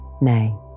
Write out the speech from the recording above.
Nay